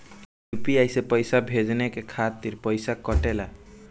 UPI से पइसा भेजने के खातिर पईसा कटेला?